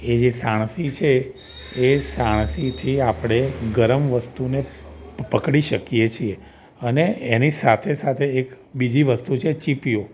એ જે સાણસી છે એ સાણસીથી આપણે ગરમ વસ્તુને પકડી શકીએ છીએ અને એની સાથે સાથે એક બીજી વસ્તુ છે ચિપિયો